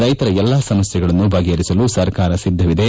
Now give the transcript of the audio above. ರೈತರ ಎಲ್ಲಾ ಸಮಸ್ನೆಗಳನ್ನು ಬಗೆಹರಿಸಲು ಸರ್ಕಾರ ಸಿದ್ದವಿದೆ